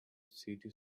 city